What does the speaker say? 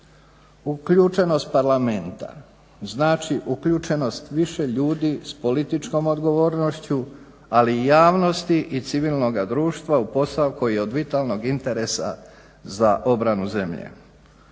Uključenost Parlamenta znači uključenost više ljudi s političkom odgovornošću, ali i javnosti i civilnoga društva u posao koji je od vitalnog interesa za obranu zemlje.